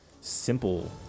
simple